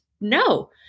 no